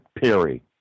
Perry